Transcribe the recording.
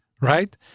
right